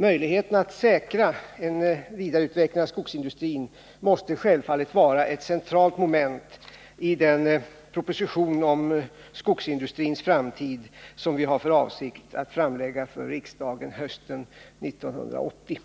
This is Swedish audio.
Möjligheten att säkra en vidareutveckling av skogsindustrin måste självfallet vara ett centralt mandat i den proposition om skogsindustrins framtid som vi har för avsikt att framlägga för riksdagen hösten 1980.